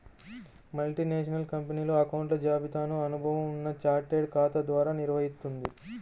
multinational కంపెనీలు అకౌంట్ల జాబితాను అనుభవం ఉన్న చార్టెడ్ ఖాతా ద్వారా నిర్వహిత్తుంది